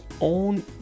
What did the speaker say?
own